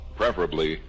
preferably